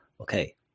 Okay